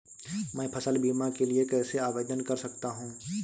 मैं फसल बीमा के लिए कैसे आवेदन कर सकता हूँ?